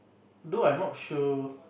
though I'm not sure